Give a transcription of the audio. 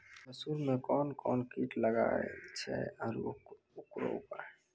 मसूर मे कोन कोन कीट लागेय छैय आरु उकरो उपाय?